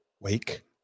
Wake